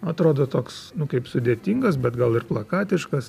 atrodo toks nu kaip sudėtingas bet gal ir plakatiškas